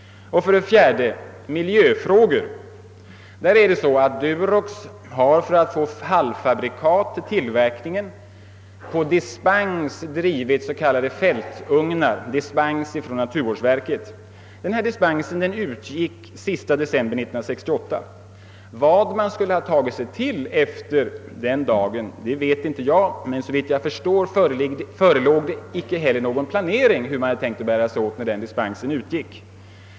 4. Miljöfrågor. För att få halvfabrikat till tillverkningen har Durox på dispens från naturvårdsverket drivit s.k. fältugnar. Denna dispens utgick den sista december 1968. Vad man skulle ha tagit sig till efter den dagen vet inte jag. Såvitt jag förstår förelåg inte någon planering av hur man tänkt bära sig åt när denna dispens utgick.